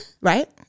right